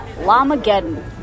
Lamageddon